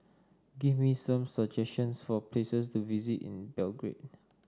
give me some suggestions for places to visit in Belgrade